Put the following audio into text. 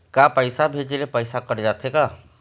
का पैसा भेजे ले पैसा कट जाथे का?